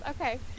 Okay